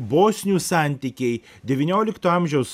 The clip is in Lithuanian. bosnių santykiai devyniolikto amžiaus